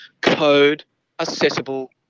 Code-accessible